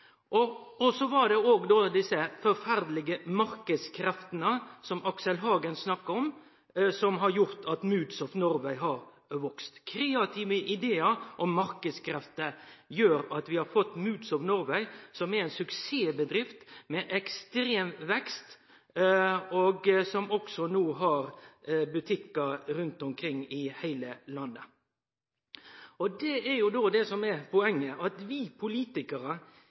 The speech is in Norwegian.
og så var det desse forferdelege marknadskreftene, som Aksel Hagen snakka om, som har gjort at Moods of Norway har vakse. Kreative idear og marknadskrefter gjer at vi har fått Moods of Norway, som er ein suksessbedrift med ekstrem vekst, og som også no har butikkar rundt omkring i heile landet. Og det er det som er poenget: at vi politikarar